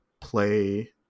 play